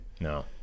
No